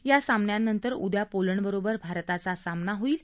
या सामन्यानंतर उदया पोलंडबरोबर भारताचा सामना होणार आहे